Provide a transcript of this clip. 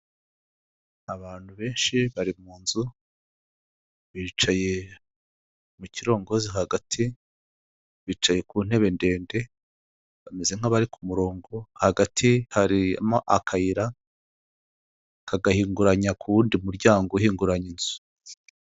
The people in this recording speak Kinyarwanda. Abantu benshi bari mu nzu, bicaye mu kirongozi hagati, bicaye ku ntebe ndende bameze nk'abari ku murongo, hagati harimo akayira kagahinguranya ku w'undi muryango uhinguranya inzu.